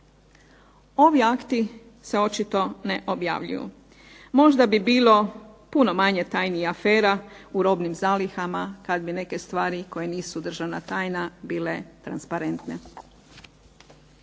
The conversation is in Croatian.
Ovi akti se očito ne objavljuju. Možda bi bilo puno manje tajni i afera u robnim zalihama kad bi neke stvari koje nisu državna tajna transparentne.